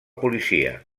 policia